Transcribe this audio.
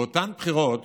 באותן בחירות